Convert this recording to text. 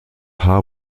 haar